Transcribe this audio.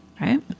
right